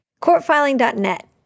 Courtfiling.net